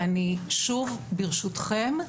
שוב, ברשותכם,